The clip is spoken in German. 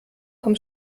vom